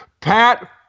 Pat